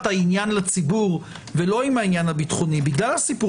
העניין לציבור ולא עם העניין הביטחוני בגלל הסיפור